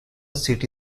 city